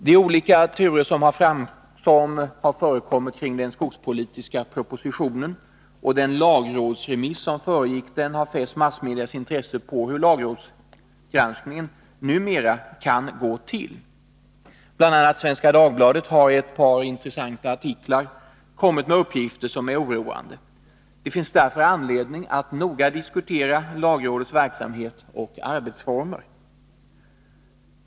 De olika turer som förekommit kring den skogspolitiska propositionen och den lagrådsremiss som föregick denna har fäst massmedias intresse på hur lagrådsgranskningen numera kan gå till. Bl. a. Svenska Dagbladet har i ett par intressanta artiklar kommit med uppgifter som är oroande. Det finns därför anledning att noga diskutera lagrådets verksamhet och arbetsformer.